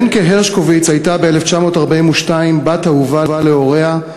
לנקה הרשקוביץ הייתה ב-1942 בת אהובה להוריה,